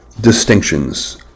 distinctions